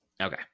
okay